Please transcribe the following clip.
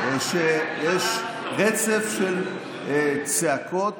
יש רצף של צעקות